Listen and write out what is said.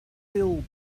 filled